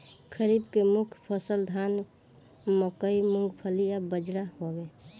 खरीफ के मुख्य फसल धान मकई मूंगफली आ बजरा हवे